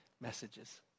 messages